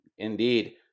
Indeed